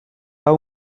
hau